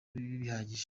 bihagije